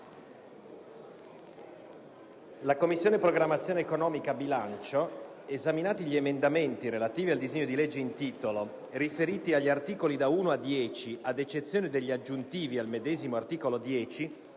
«La Commissione programmazione economica, bilancio, esaminati gli emendamenti relativi al disegno di legge in titolo riferiti agli articoli da 1 a 10, ad eccezione degli aggiuntivi al medesimo articolo 10,